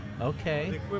Okay